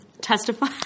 testify